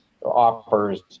offers